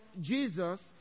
Jesus